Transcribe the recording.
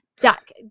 Jack